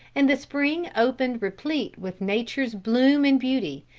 and the spring opened replete with nature's bloom and beauty,